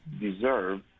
deserve